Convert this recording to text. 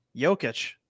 Jokic